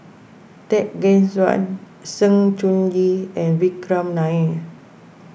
Tan Gek Suan Sng Choon Yee and Vikram Nair